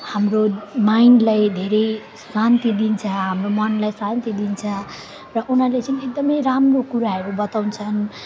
हाम्रो माइन्डलाई धेरै शान्ति दिन्छ हाम्रो मनलाई शान्ति दिन्छ र उनीहरूले चाहिँ एकदमै राम्रो कुराहरू बताउँछन्